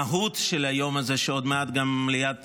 המהות של היום הזה, שעוד מעט גם מליאת